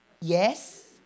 Yes